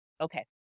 Okay